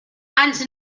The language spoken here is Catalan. ens